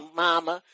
mama